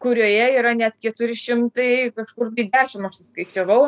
kurioje yra net keturi šimtai kažkur tai dešim aš suskaičiavau